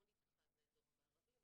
מונית אחת לאזור המערבי,